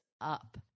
up